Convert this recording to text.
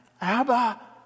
Abba